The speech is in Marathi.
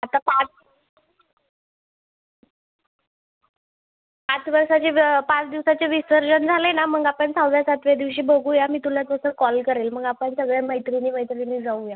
आता पाच पाच वर्षाचे ज पाच दिवसाचे विसर्जन झाले ना मग आपण सहाव्या सातव्या दिवशी बघूया मी तुला तसं कॉल करेन मग आपण सगळ्या मैत्रिणी मैत्रिणी जाऊया